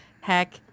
Heck